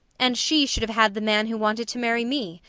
and she should have had the man who wanted to marry me.